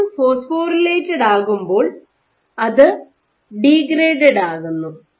lamin phosphorylated ആകുമ്പോൾ അത് degraded ആകുന്നു